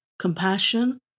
compassion